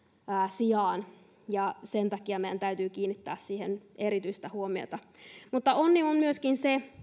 sijaan ja sen takia meidän täytyy kiinnittää siihen erityistä huomiota onni on myöskin se